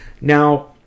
Now